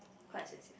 quite expensive